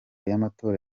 y’amatora